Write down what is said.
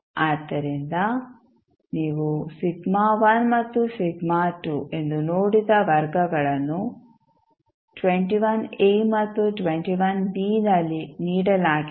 ಆದ್ದರಿಂದ ನೀವು ಮತ್ತು ಎಂದು ನೋಡಿದ ವರ್ಗಗಳನ್ನು ಮತ್ತು ನಲ್ಲಿ ನೀಡಲಾಗಿದೆ